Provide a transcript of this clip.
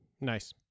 Nice